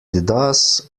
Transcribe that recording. does